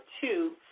two